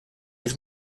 els